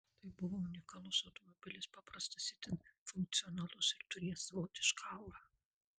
tai buvo unikalus automobilis paprastas itin funkcionalus ir turėjęs savotišką aurą